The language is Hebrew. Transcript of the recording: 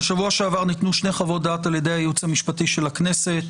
בשבוע שעבר ניתנו שתי חוות-דעת על ידי הייעוץ המשפטי של הכנסת.